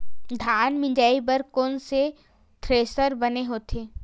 धान मिंजई बर कोन से थ्रेसर बने होथे?